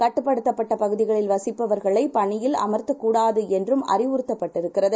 கட்டுப்படுத்தப்பட்டபகுதிகளில்வசிப்பவர்களைபணியில்அமர்த்த க்கூடாதுஎன்றும்அறிவுறுத்தப்பட்டிருக்கிறது